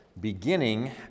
beginning